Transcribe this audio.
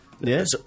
Yes